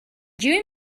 you